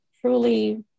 truly